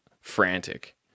frantic